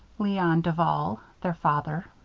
leon duval their father.